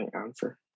answer